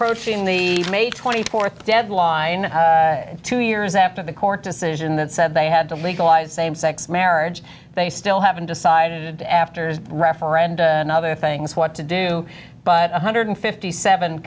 approaching the may twenty fourth deadline two years after the court decision that said they had to legalize same sex marriage they still haven't decided after referenda and other things what to do but one hundred fifty seven